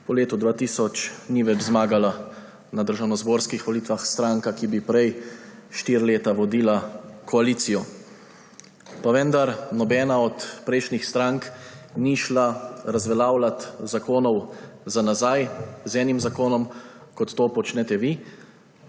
Po letu 2000 ni več zmagala na državnozborskih volitvah stranka, ki bi prej štiri leta vodila koalicijo. Pa vendar nobena od prejšnjih strank ni šla razveljavljat zakonov za nazaj z enim zakonom, kot to počnete vi